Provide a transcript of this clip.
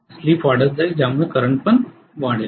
slip वाढत जाईल ज्यामुळे करंटपण वाढेल